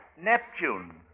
Neptune